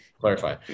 clarify